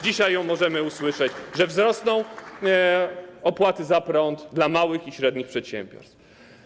Dzisiaj możemy usłyszeć, że wzrosną opłaty za prąd dla małych i średnich przedsiębiorstw.